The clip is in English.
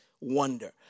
wonder